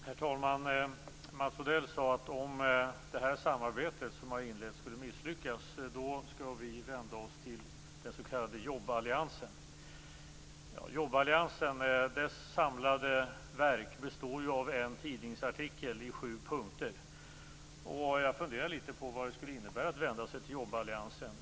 Herr talman! Mats Odell sade att om det samarbete som har inletts skulle misslyckas skall vi vända oss till den s.k. jobballiansen. Jobballiansens samlade verk består ju av en tidningsartikel i sju punkter, och jag funderar litet på vad det skulle innebära att vända sig till jobballiansen.